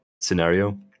scenario